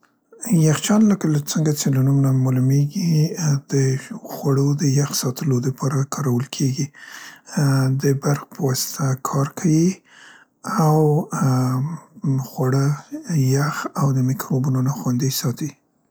یخچال لکه له څنګه چې له نوم نه مالومیګي، د خوړو د یخ ساتلو دپاره کاورل کیګي، ا د برق په واسطه کار کيي او، ا، خواړه یخ او د میکروبونو نه خوندي ساتي.